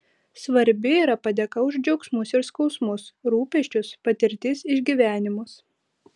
svarbi yra padėka už džiaugsmus ir skausmus rūpesčius patirtis išgyvenimus